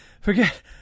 forget